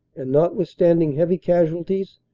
and notwithstanding heavy casualties,